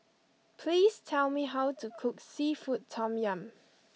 please tell me how to cook Seafood Tom Yum